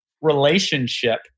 relationship